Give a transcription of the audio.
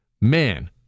man